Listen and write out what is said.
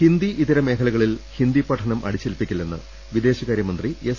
ഹിന്ദി ഇതര മേഖലകളിൽ ഹിന്ദി പഠനം അട്ടിച്ചേൽപ്പിക്കില്ലെന്ന് പിദേ ശകാര്യമന്ത്രി എസ്